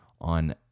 on